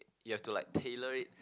you have to like tailor it